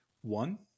one